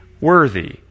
worthy